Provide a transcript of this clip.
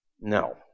No